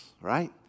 right